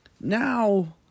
Now